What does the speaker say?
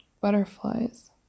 butterflies